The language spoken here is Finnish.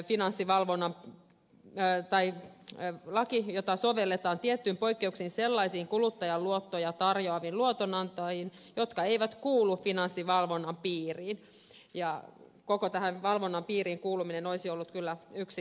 nyt me säädämme lain jota sovelletaan tietyin poikkeuksin sellaisiin kuluttajaluottoja tarjoaviin luotonantajiin jotka eivät kuulu finanssivalvonnan piiriin ja koko tämän valvonnan piiriin kuuluminen olisi ollut kyllä yksi vaihtoehto